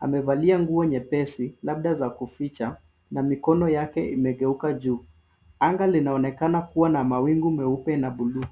Amevalia nguo nyepesi labda za kuficha na mikono yake imegeuka juu. Anga linaonekana kuwa na mawingu meupe na bluu.